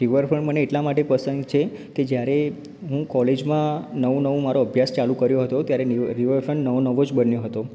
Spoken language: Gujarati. રિવરફ્રન્ટ મને એટલાં માટે પસંદ છે કે જ્યારે હું કોલેજમાં નવો નવો મારો અભ્યાસ ચાલુ કર્યો હતો ત્યારે રિવરફ્રન્ટ નવો નવો જ બન્યો હતો